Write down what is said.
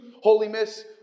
Holiness